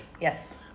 Yes